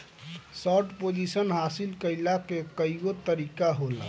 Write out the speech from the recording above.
short position हासिल कईला के कईगो तरीका होला